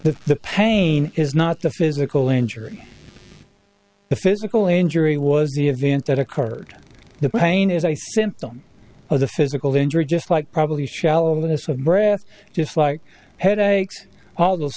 but the pain is not the physical injury the physical injury was the event that occurred the pain is a symptom of the physical danger just like probably shallowness of breath just like headaches all those